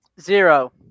zero